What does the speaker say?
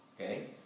okay